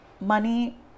money